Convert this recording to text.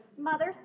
Mother